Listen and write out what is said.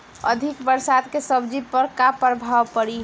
अधिक बरसात के सब्जी पर का प्रभाव पड़ी?